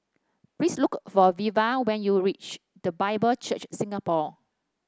please look for Veva when you reach The Bible Church Singapore